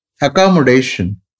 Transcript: accommodation